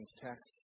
text